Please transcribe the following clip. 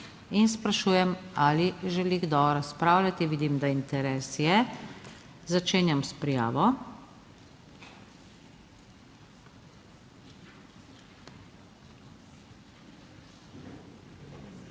Sprašujem, ali želi kdo razpravljati? Vidim, da interes je. Začenjam s prijavo.